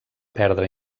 perdre